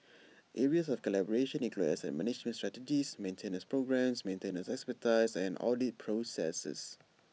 areas of collaboration include asset management strategies maintenance programmes maintenance expertise and audit processes